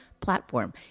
platform